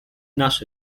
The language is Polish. nasze